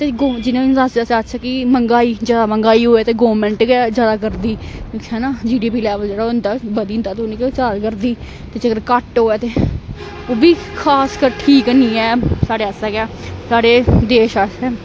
ते जियां कि मंगाई ज्यादा मंगाई होऐ ते गौरमेंट गै ज्यादा करदी दि ना जी डीपी लेवल जेह्ड़ा होंदा बधी जंदा ते गै ज्यादा करदी ते जेकर घट्ट होऐ ते ओह् बीी खासकर ठीक नी ऐ साढ़े आस्तै गै साढ़े देश आस्तै